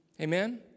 Amen